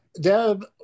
Deb